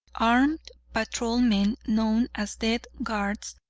armed patrolmen, known as death guards,